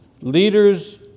leaders